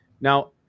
Now